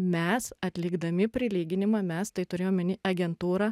mes atlikdami prilyginimą mes tai turiu omeny agentūrą